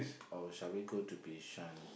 or shall we go to Bishan